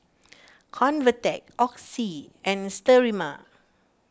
Convatec Oxy and Sterimar